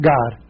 God